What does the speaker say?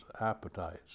appetites